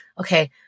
okay